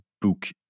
book